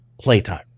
Playtime